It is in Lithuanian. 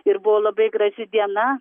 ir buvo labai graži diena